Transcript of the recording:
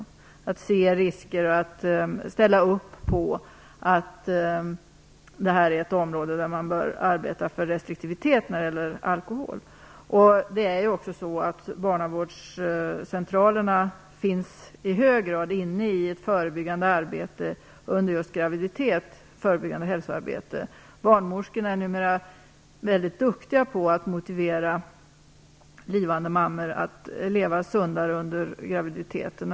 Det gäller att se risker och att ställa upp på att det här är ett område där man bör arbeta för restriktivitet när det gäller alkohol. Barnavårdscentralerna är i hög grad inne på det förebyggande hälsoarbetet just när det gäller graviditeter. Barnmorskorna är numera väldigt duktiga på att motivera blivande mammor att leva sundare under graviditeten.